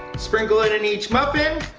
sprinkle it in each muffin